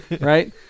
right